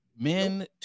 Men